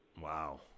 Wow